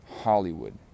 Hollywood